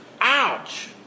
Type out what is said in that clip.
Ouch